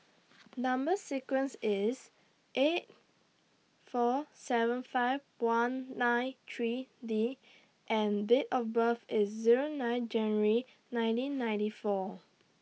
Number sequence IS eight four seven five one nine three D and Date of birth IS Zero nine January nineteen ninety four